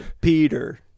Peter